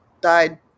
died